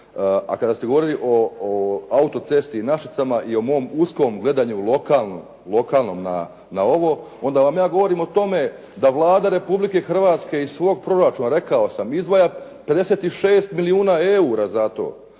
A kada ste govorili o autocesti i Našicama i o mom uskom gledanju lokalno na ovo, onda vam ja govorim ovo da Vlada Republike Hrvatske iz svoga proračuna rekao sam izdvaja 56 milijuna eura za to.